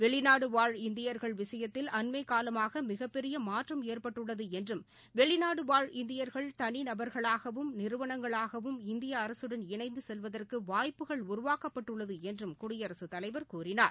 வெளிநாடுவாழ் இந்தியர்கள் விஷயத்தில் அண்மைக்காலமாக மிகப்பெரிய மாற்றம் ஏற்பட்டுள்ளது என்றும் வெளிநாடுவாழ் இந்தியர்கள் தனிநபர்களாகவும் நிறுவனங்களாகவும் இந்திய அரசுடன் இணைந்து செல்வதற்கு வாய்ப்புகள் உருவாக்கப்பட்டுள்ளது என்றும் குடியரசுத் தலைவர் கூறினார்